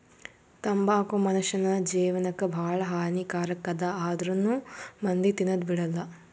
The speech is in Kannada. ತಂಬಾಕು ಮುನುಷ್ಯನ್ ಜೇವನಕ್ ಭಾಳ ಹಾನಿ ಕಾರಕ್ ಅದಾ ಆಂದ್ರುನೂ ಮಂದಿ ತಿನದ್ ಬಿಡಲ್ಲ